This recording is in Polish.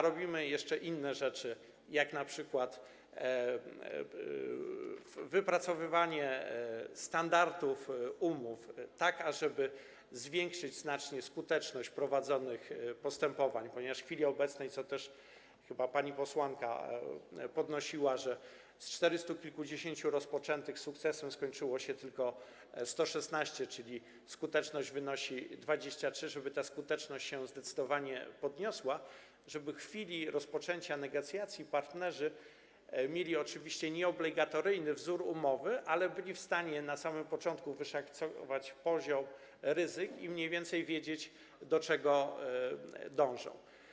Robimy jeszcze inne rzeczy, jak np. wypracowywanie standardów umów, tak aby znacznie zwiększyć skuteczność prowadzonych postępowań, ponieważ w chwili obecnej, co też chyba pani posłanka podnosiła, z czterystu kilkudziesięciu rozpoczętych sukcesem skończyło się tylko 116, czyli skuteczność wynosi 23%, żeby ta skuteczność się zdecydowanie podniosła, żeby w chwili rozpoczęcia negocjacji partnerzy mieli oczywiście nieobligatoryjny wzór umowy, ale byli w stanie na samym początku wyszacować poziom ryzyk i mniej więcej wiedzieli, do czego dążą.